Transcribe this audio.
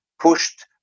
pushed